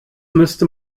müsste